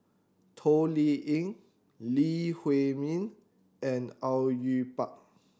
Toh Liying Lee Huei Min and Au Yue Pak